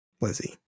Lizzie